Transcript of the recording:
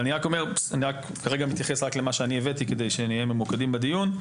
אני כרגע מתייחס רק למה שאני הבאתי כדי שנהיה ממוקדים בדיון.